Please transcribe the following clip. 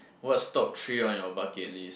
what's top three on your bucket list